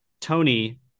Tony